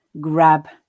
grab